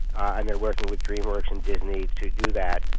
and they are working with dreamworks and disney to do that.